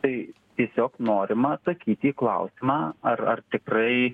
tai tiesiog norima atsakyti į klausimą ar ar tikrai